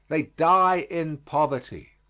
they die in poverty.